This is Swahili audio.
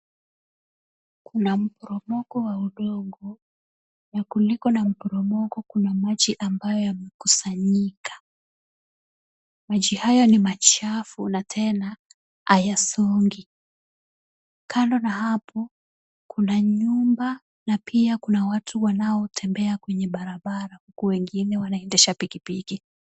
Kuna mporomoko wa udongo na kuliko na mporomoko kuna maji ambayo yamekusanyika. Maji haya ni machafu na tena hayasongi. Kando na hapo kuna nyumba na pia kuna watu wanaotembea kwenye barabara, huku wengine wanaendesha pikipiki.